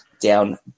down